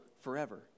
forever